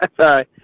Sorry